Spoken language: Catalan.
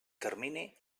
termini